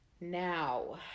Now